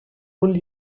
wool